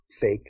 fake